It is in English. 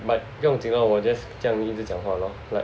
but 不用紧咯我 just like 一直讲话 lor like